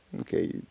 Okay